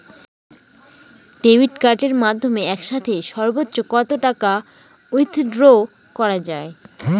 Debit কার্ডের মাধ্যমে একসাথে সর্ব্বোচ্চ কত টাকা উইথড্র করা য়ায়?